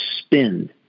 spend